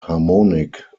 harmonic